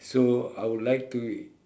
so I would like to